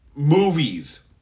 Movies